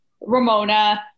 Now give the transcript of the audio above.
Ramona